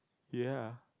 ye